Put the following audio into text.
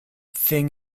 thing